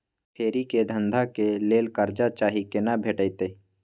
फेरी के धंधा के लेल कर्जा चाही केना भेटतै?